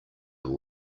will